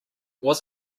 was